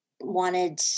wanted